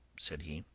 said he.